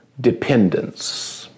dependence